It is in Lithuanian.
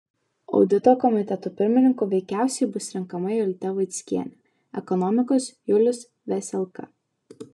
audito komiteto pirmininku veikiausiai bus renkama jolita vaickienė ekonomikos julius veselka